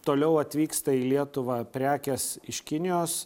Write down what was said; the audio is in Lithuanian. toliau atvyksta į lietuvą prekės iš kinijos